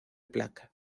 placa